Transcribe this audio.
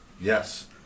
Yes